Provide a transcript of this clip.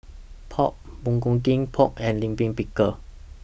Pork Bulgogi Pho and Lime Pickle